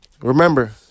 Remember